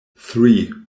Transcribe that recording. three